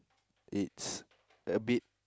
it's a bit